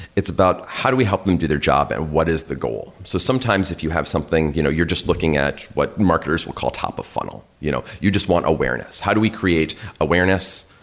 it's about how do we help them do their job and what is the goal. so, sometimes if you have something, you know you're just looking at what marketers would call top of funnel. you know you just want awareness. how do we create awareness?